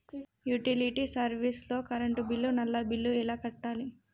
Utility service లో current bill, నల్లా bill ఎలా కట్టాలి?